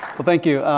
well thank you.